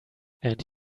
and